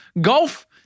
Golf